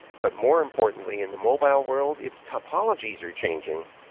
but more importantly, in the mobile world, if topologies are changing,